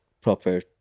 proper